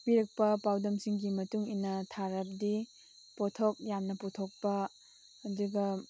ꯄꯤꯔꯛꯄ ꯄꯥꯎꯗꯝꯁꯤꯡꯒꯤ ꯃꯇꯨꯡ ꯏꯟꯅ ꯊꯥꯔꯕꯗꯤ ꯄꯣꯠꯊꯣꯛ ꯌꯥꯝꯅ ꯄꯨꯊꯣꯛꯄ ꯑꯗꯨꯒ